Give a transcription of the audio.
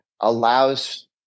allows